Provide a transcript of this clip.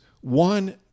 one